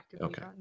Okay